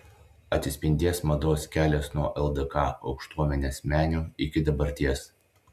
atsispindės mados kelias nuo ldk aukštuomenės menių iki dabarties